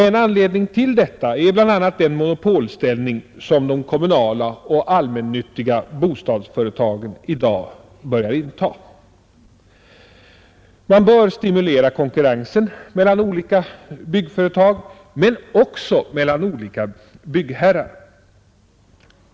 En anledning till detta är bl.a. den monopolställning som de kommunala och allmännyttiga bostadsföretagen i dag börjar inta. Man bör stimulera konkurrensen mellan olika byggföretag men också mellan olika byggherrar.